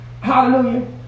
Hallelujah